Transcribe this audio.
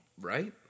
Right